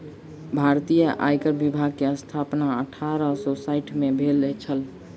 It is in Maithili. भारतीय आयकर विभाग के स्थापना अठारह सौ साइठ में भेल छल